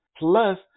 Plus